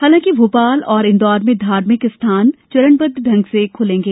हालांकि भोपाल और इंदौर में धार्मिक संस्थान चरणबद्व ढंग से खुलेंगे